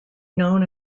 known